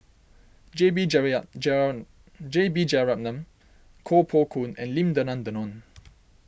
J B J B Jeyaretnam Koh Poh Koon and Lim Denan Denon